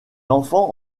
enfant